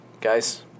guys